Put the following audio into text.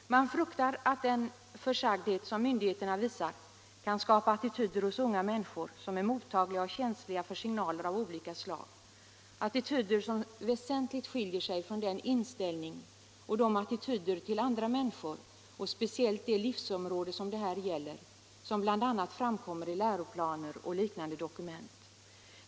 Skaka Man fruktar att den försagdhet som myndigheterna visar kan hos unga Orm ökad preventivmänniskor som är mottagliga och känsliga för signaler av olika slag skapa — medelsrådgivning attityder som väsentligt skiljer sig från den inställning och de attityder — mm.m. till andra människor och speciellt det livsområde som det här gäller som bl.a. framkommer i läroplaner och liknande dokument.